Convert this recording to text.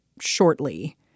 shortly